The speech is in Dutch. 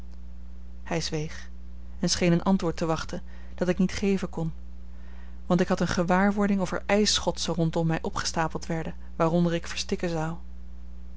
hij zweeg en scheen een antwoord te wachten dat ik niet geven kon want ik had eene gewaarwording of er ijsschotsen rondom mij opgestapeld werden waaronder ik verstikken zou